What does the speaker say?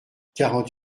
quarante